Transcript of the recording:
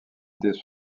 dès